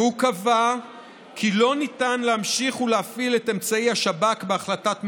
והוא קבע כי לא ניתן להמשיך ולהפעיל את אמצעי השב"כ בהחלטת ממשלה.